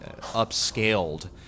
upscaled